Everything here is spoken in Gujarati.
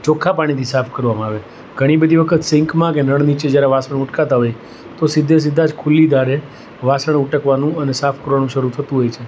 ચોખ્ખા પાણીથી સાફ કરવામાં આવે ઘણી બધી વખત સિંકમાં કે નળ નીચે જ્યારે વાસણ ઉટકાતાં હોય તો સીધે સીધા ખુલ્લી ધારે વાસણ ઉટકવાનું અને સાફ કરવાનું શરૂ થતું હોય છે